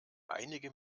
einige